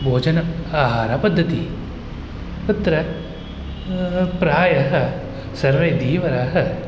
बिज आहारपद्धतिः तत्र प्रायः सर्वे धीवराः